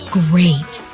great